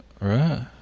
Right